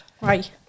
Right